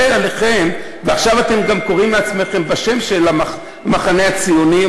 עכשיו אתם גם קוראים לעצמכם בשם המחנה הציוני,